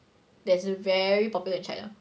that's very popular in China